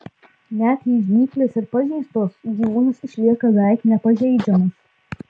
net jei žnyplės ir pažeistos gyvūnas išlieka beveik nepažeidžiamas